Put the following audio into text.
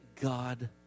God